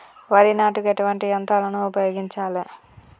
వరి నాటుకు ఎటువంటి యంత్రాలను ఉపయోగించాలే?